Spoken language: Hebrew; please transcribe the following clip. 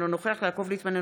אינו נוכח יעקב ליצמן,